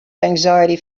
anxiety